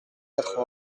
quatre